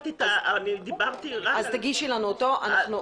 תגישי לנו אותן.